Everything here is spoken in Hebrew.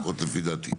ההלכה, לפחות לפי דעתי.